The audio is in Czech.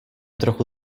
trochu